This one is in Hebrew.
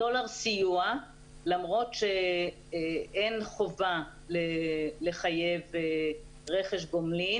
בדולר סיוע למרות שאין חובה לחייב רכש גומלין